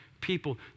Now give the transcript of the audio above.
people